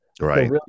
Right